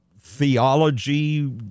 theology